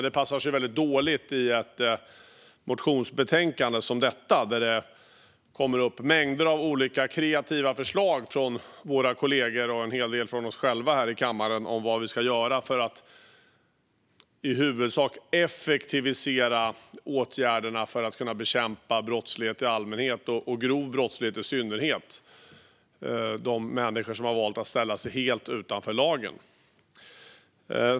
Det passar dock väldigt dåligt i ett motionsbetänkande som detta, där det kommer upp mängder av olika kreativa förslag från våra kollegor här i kammaren, och en hel del från oss själva, om vad vi ska göra för att i huvudsak effektivisera åtgärderna för att kunna bekämpa brottslighet i allmänhet och grov brottslighet i synnerhet, de människor som har valt att ställa sig helt utanför lagen.